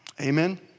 Amen